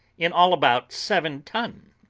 in all about seven ton,